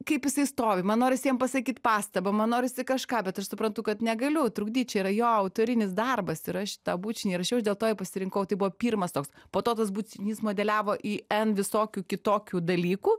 kaip jisai stovi man norisi jam pasakyt pastabą man norisi kažką bet aš suprantu kad negaliu trukdyt čia yra jo autorinis darbas ir aš šitą bučinį įrašiau ir dėl to jį pasirinkau tai buvo pirmas toks po to tas bučinys modeliavo į n visokių kitokių dalykų